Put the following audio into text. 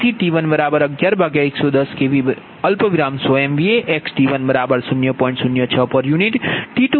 તેથી T111110 kV 100 MVA xT10